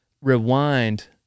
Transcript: rewind